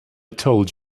told